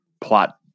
plot